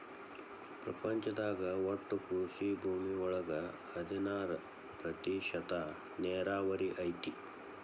ಪ್ರಪಂಚದಾಗ ಒಟ್ಟು ಕೃಷಿ ಭೂಮಿ ಒಳಗ ಹದನಾರ ಪ್ರತಿಶತಾ ನೇರಾವರಿ ಐತಿ